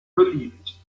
beliebt